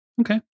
Okay